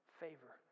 favor